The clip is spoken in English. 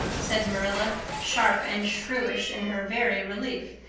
said marilla, sharp and shrewish in her very relief.